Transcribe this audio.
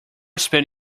spend